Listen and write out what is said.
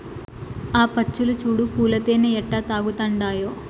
ఆ పచ్చులు చూడు పూల తేనె ఎట్టా తాగతండాయో